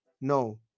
No